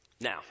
Now